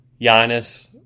Giannis